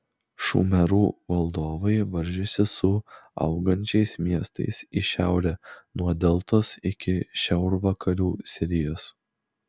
šumerų valdovai varžėsi su augančiais miestais į šiaurę nuo deltos iki šiaurvakarių sirijos